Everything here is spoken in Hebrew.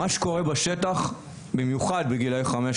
מה שקורה בשטח, במיוחד בגילאי 15